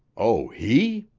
oh, he?